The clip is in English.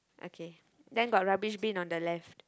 okay then got rubbish bin on the left